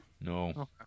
No